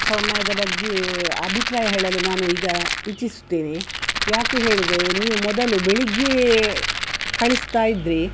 ಸಮಯದ ಬಗ್ಗೆ ಅಭಿಪ್ರಾಯ ಹೇಳಲು ನಾನು ಈಗ ಇಚ್ಛಿಸುತ್ತೇನೆ ಯಾಕೆ ಹೇಳಿದರೆ ನೀವು ಮೊದಲು ಬೆಳಿಗ್ಗೆಯೇ ಕಳಿಸ್ತಾ ಇದ್ದಿರಿ